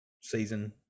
season